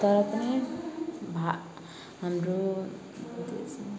तर पनि भए हाम्रो देशमा